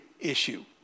issue